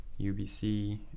UBC